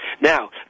Now